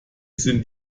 sind